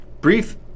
brief